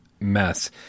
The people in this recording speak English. mess